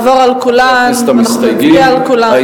אנחנו נעבור על כולן ואנחנו נצביע על כולן.